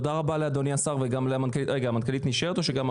תודה רבה לאדוני השר וגם למנכ"לית המשרד.